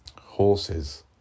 horses